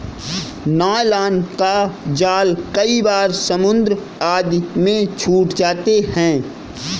nylon का जाल कई बार समुद्र आदि में छूट जाते हैं